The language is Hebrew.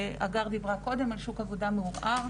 הגר דיברה קודם על שוק עבודה מעורער,